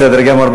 בסדר גמור.